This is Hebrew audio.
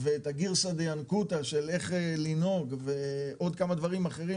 ואת הגרסה דינקותא של איך לנהוג ועוד כמה דברים אחרים,